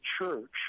Church